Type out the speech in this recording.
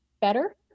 better